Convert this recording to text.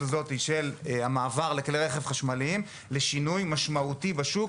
הזאת של המעבר לכלי רכב חשמליים לשינוי משמעותי בשוק,